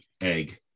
egg